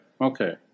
Okay